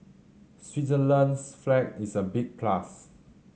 Switzerland's flag is a big plus